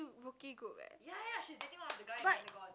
rookie group eh but